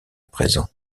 présent